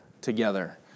together